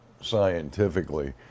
scientifically